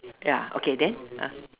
ya okay then ah